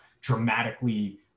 dramatically